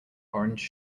orange